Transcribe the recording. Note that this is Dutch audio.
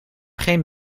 geen